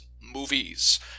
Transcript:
movies